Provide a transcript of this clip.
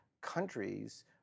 countries